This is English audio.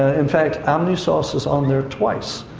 ah in fact, amnisos is on there twice.